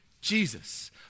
Jesus